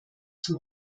zum